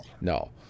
No